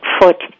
Foot